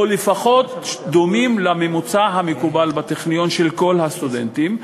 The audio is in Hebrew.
או לפחות דומים לממוצע המקובל בטכניון של כל הסטודנטים.